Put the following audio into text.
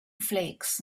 flakes